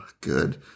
Good